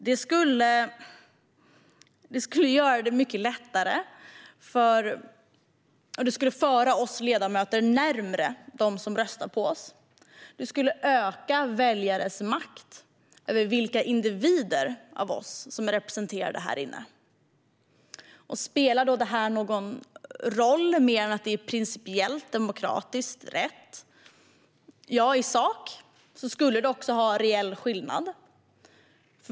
Det skulle föra oss ledamöter närmare dem som röstat på oss. Det skulle öka väljarnas makt när det gäller vilka individer som är representerade här inne. Spelar detta då någon roll, utöver att det är principiellt demokratiskt rätt? Ja, i sak skulle det innebära en reell skillnad.